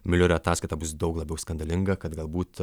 miulerio ataskaita bus daug labiau skandalinga kad galbūt